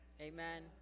Amen